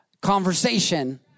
conversation